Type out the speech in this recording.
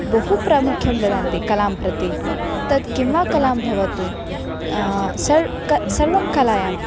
बहुप्रामुख्यं ददन्ती कलां प्रति तत् किं वा कलां भवतु सर् क सर्वं कलायाम्